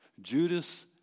Judas